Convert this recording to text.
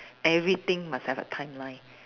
everything must have a timeline